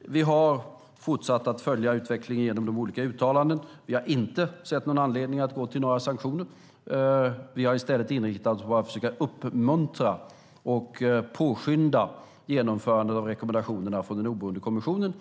Vi har fortsatt att följa utvecklingen genom olika uttalanden. Vi har inte sett någon anledning att gå till några sanktioner. Vi har i stället inriktat oss på att försöka uppmuntra och påskynda genomförandet av rekommendationerna från den oberoende kommissionen.